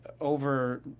over